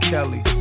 Kelly